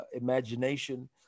imagination